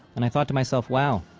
and i thought to myself wow,